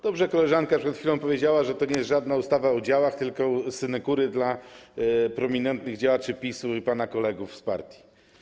Dobrze koleżanka przed chwilą powiedziała: to nie jest żadna ustawa o działach, tylko o synekurach dla prominentnych działaczy PiS-u i pana kolegów z partii.